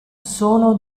sono